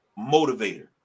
motivator